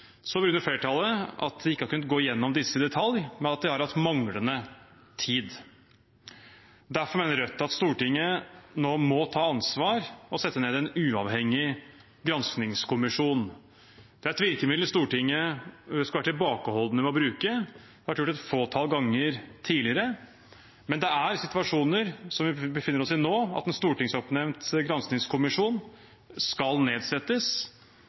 flertallet at de ikke har kunnet gå gjennom disse i detalj, men at de har hatt manglende tid. Derfor mener Rødt at Stortinget nå må ta ansvar og sette ned en uavhengig granskingskommisjon. Det er et virkemiddel Stortinget skal være tilbakeholdne med å bruke. Det har vært gjort et fåtall ganger tidligere. Men det er i situasjoner som den vi befinner oss i nå at en stortingsoppnevnt granskingskommisjon skal nedsettes